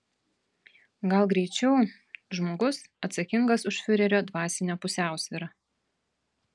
gal greičiau žmogus atsakingas už fiurerio dvasinę pusiausvyrą